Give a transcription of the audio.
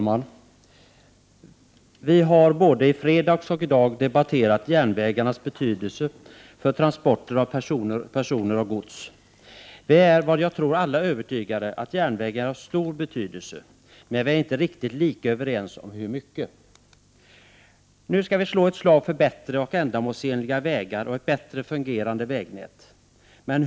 Fru talman! Både i fredags och i dag har vi debatterat järnvägarnas betydelse för transporter av personer och gods. Vi är nog alla övertygade om att järnvägen har stor betydelse, men vi är inte överens om hur mycket den betyder. Nu skall vi slå ett slag för bättre och ändamålsenliga vägar och ett bättre fungerande vägnät.